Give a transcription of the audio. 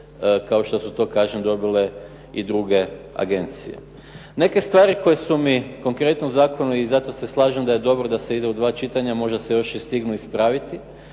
kao što su to kažem dobile i druge agencije. Neke stvari koje su mi konkretno u zakonu i zato se slažem da je dobro da se ide u dva čitanja, možda se još i stignu ispraviti.